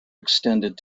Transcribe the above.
extended